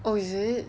oh is it